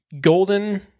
golden